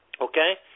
Okay